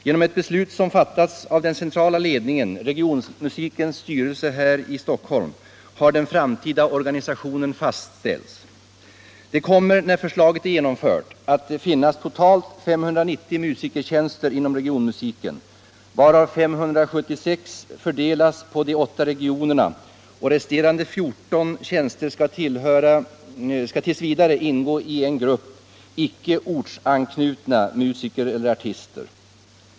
Genom ett beslut som fattats av den centrala ledningen, regionmusikens styrelse här i Stockholm, har den framtida organisationen fastställts. Det kommer när förslaget genomförts att finnas totalt 590 musikertjänster inom regionmusiken, varav 576 är fördelade på de 8 regionerna. Resterande 14 tjänster skall t. v. ingå i en grupp icke ortsanknutna musiker/artister.